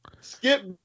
Skip